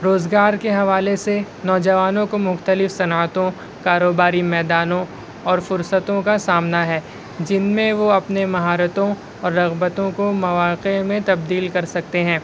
روزگار کے حوالے سے نوجوانوں کو مختلف صنعتوں کاروباری میدانوں اور فرصتوں کا سامنا ہے جن میں وہ اپنے مہارتوں رغبتوں کو مواقع میں تبدیل کر سکتے ہیں